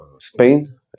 Spain